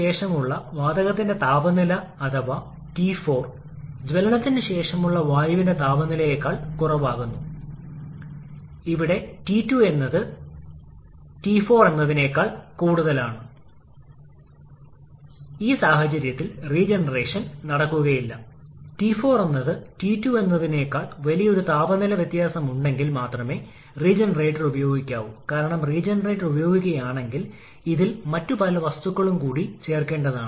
നമ്മൾ ഇന്നലെ ഒരു പ്രശ്നം പരിഹരിച്ചതായി നിങ്ങൾക്ക് കാണാനാകുമെന്ന് നമ്മൾക്കറിയാം നിങ്ങൾക്ക് ഇവിടെ നിന്നും ഈ ബാക്ക് വർക്ക് റേഷ്യോ വളരെ പ്രാധാന്യമർഹിക്കുന്നു ഇത് 40 മുതൽ 50 വരെയാകാം അതിനാൽ ഉൽപാദിപ്പിക്കുന്ന ഊർജ്ജത്തിന്റെ ഒരു പ്രധാന ഭാഗം ടർബൈൻ ഉപയോഗിച്ച് കംപ്രസ്സറിൽ ഉപയോഗിക്കും